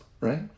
right